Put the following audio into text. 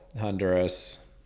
Honduras